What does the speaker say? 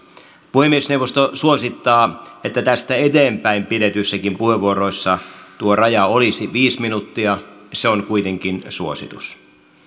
puhemiesneuvosto suosittaa että tästä eteenpäin pidetyissäkin puheenvuoroissa tuo raja olisi viisi minuuttia se on kuitenkin suositus